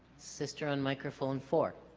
sister on microphone for